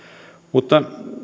mutta